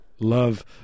Love